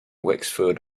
wexford